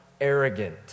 arrogant